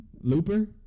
Looper